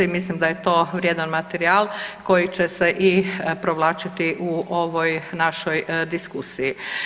I mislim da je to vrijedan materijal koji će se i provlačiti u ovoj našoj diskusiji.